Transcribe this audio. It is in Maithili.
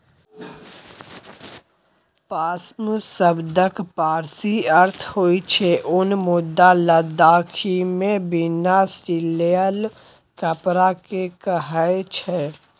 पाश्म शब्दक पारसी अर्थ होइ छै उन मुदा लद्दाखीमे बिना सियल कपड़ा केँ कहय छै